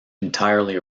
entirely